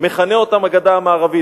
מכנה אותם "הגדה המערבית".